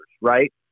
right